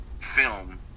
film